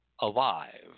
alive